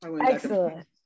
Excellent